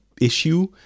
issue